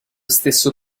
stesso